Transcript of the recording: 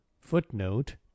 footnote